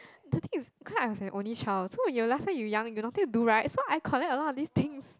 the things is because I'm the only child so you last time you are young you nothing do right so I collect a lots of these things